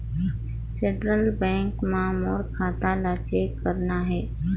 Central Bank मां मोर खाता ला चेक करना हे?